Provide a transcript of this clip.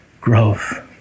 growth